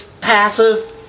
passive